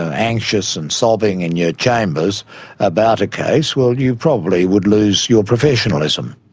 ah anxious and sobbing in your chambers about a case, well, you probably would lose your professionalism.